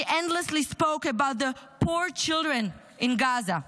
They endlessly spoke about the "poor children in Gaza".